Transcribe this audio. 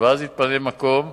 ואז יתפנה מקום.